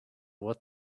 what